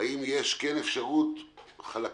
האם יש אפשרות של חלקים,